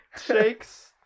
shakes